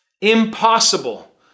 Impossible